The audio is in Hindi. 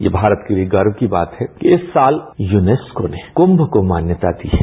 ये भारत के लिए गर्व की बात है कि इस साल यूनेस्को ने कुंम को मान्यता दी है